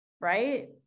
Right